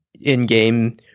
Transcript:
in-game